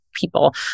people